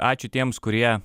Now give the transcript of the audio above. ačiū tiems kurie